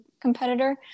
competitor